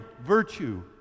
virtue